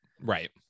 Right